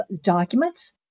documents